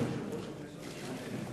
להיות יושב-ראש הכנסת השמונה-עשרה.